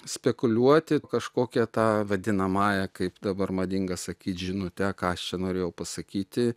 spekuliuoti kažkokia ta vadinamąja kaip dabar madinga sakyt žinute ką aš čia norėjau pasakyti